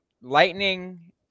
Lightning